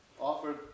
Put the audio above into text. offered